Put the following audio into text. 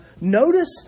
Notice